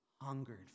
hungered